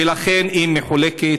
ולכן היא מחולקת.